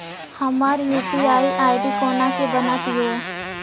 हमर UPI ID कोना के बनत यो?